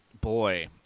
Boy